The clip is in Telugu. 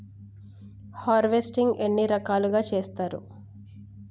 హార్వెస్టింగ్ ఎన్ని రకాలుగా చేస్తరు?